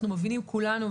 אנחנו מבינים כולנו,